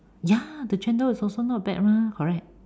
ya the chendol is also not bad mah correct